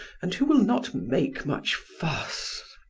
and who will not make much fuss?